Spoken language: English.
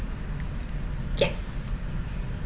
yes